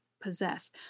possess